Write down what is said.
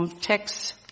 text